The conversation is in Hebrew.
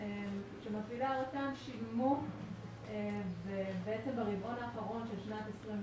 מפעילי הרט"ן שילמו ובעצם ברבעון האחרון של שנת 2020,